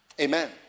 amen